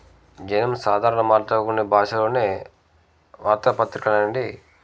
జనం సాధారణ మాట్లాడుకొనే భాషలోనే వార్తాపత్రిక అనేటివి